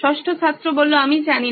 ষষ্ঠ ছাত্র আমি ঠিক জানি না